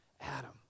Adam